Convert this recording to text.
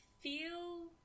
feel